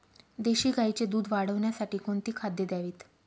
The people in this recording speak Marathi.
देशी गाईचे दूध वाढवण्यासाठी कोणती खाद्ये द्यावीत?